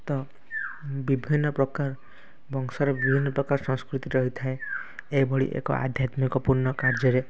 ତ ବିଭିନ୍ନ ପ୍ରକାର ବଂଶର ବିଭିନ୍ନ ପ୍ରକାର ସଂସ୍କୃତି ରହିଥାଏ ଏହିଭଳି ଏକ ଆଧ୍ୟାତ୍ମିକ ପୁଣ୍ୟ କାର୍ଯ୍ୟରେ